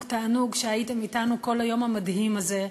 תענוג, תענוג שהייתם אתנו כל היום המדהים הזה,